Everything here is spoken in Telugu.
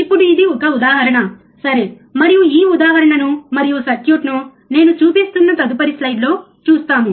ఇప్పుడు ఇది ఒక ఉదాహరణ సరే మరియు ఈ ఉదాహరణను మరియు సర్క్యూట్ను నేను చూపిస్తున్న తదుపరి స్లైడ్లో చూస్తాము